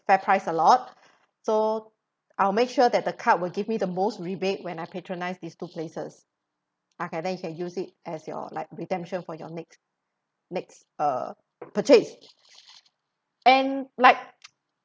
fairprice a lot so I'll make sure that the card will give me the most rebate when I patronise these two places uh then you can use it as your like redemption for your next next uh purchase and like